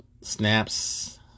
snaps